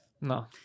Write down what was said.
No